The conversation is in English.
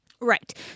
Right